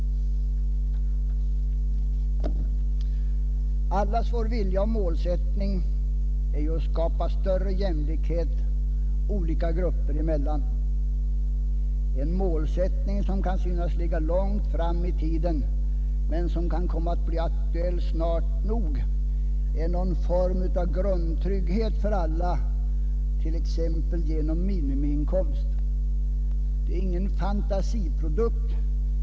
Allas vår vilja och målsättning är ju att skapa större jämlikhet olika grupper emellan. En målsättning som kan synas ligga långt fram i tiden men som kan komma att bli aktuell snart nog är någon form av grundtrygghet för alla, t.ex. genom en minimiinkomst. Det är ingen fantasiprodukt.